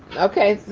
okay,